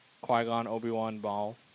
Qui-Gon-Obi-Wan-Maul